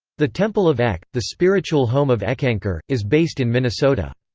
the temple of eck, the spiritual home of eckankar, is based in minnesota.